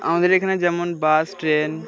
আমাদের এখানে যেমন বাস ট্রেন